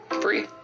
free